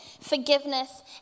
forgiveness